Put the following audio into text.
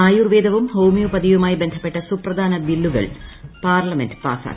ആയുർവേദവും ഹോമിയോപ്പതിയുമായി ബന്ധപ്പെട്ട സുപ്രധാന ന് ബില്ലുകൾ പാർലമെന്റ് പാസ്സാക്കി